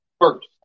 First